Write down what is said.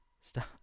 stop